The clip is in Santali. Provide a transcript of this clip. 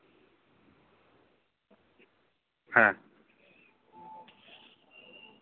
ᱦᱮᱸ